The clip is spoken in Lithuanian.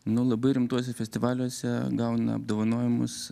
nu labai rimtuose festivaliuose gauna apdovanojimus